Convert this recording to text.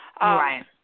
Right